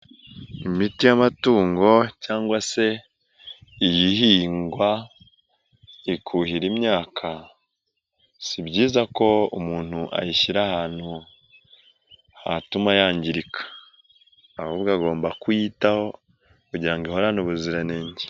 Imiti y'amatungo cyangwa se iyi ihingwa ikuhira imyaka si byiza ko umuntu ayishyira ahantu hatuma yangirika ahubwo agomba kuyitaho kugira ngo ihorane ubuziranenge.